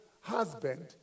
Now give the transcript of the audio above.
husband